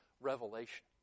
revelation